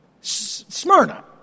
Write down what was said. Smyrna